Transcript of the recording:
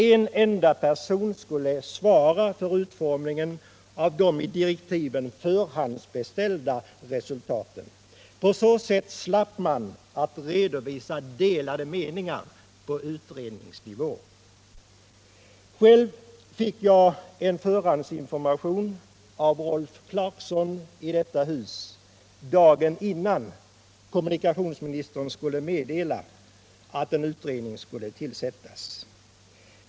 En person skulle ensam svara för utformningen av de i direktiven förhandsbeställda resultaten. På så sätt slapp man att redovisa delade meningar på utredningsnivå. Själv fick jag en förhandsinformation av Rolf Clarkson i detta hus dagen innan kommunikationsministern meddelade att en utredning skulle tillsättas.